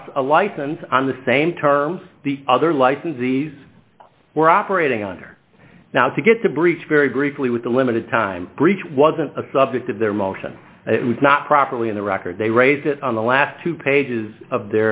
us a license on the same terms the other licensees were operating under now to get to breach very briefly with the limited time breach wasn't a subject of their motion it was not properly in the record they raised it on the last two pages of